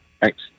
thanks